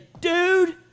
Dude